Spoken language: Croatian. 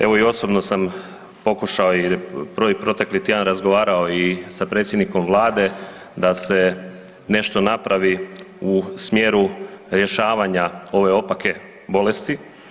Evo i osobno sam pokušao i protekli tjedan razgovarao i sa predsjednikom Vlade da se nešto napravi u smjeru rješavanja ove opake bolesti.